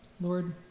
Lord